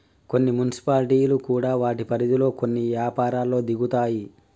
కొన్ని మున్సిపాలిటీలు కూడా వాటి పరిధిలో కొన్ని యపారాల్లో దిగుతాయి